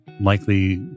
likely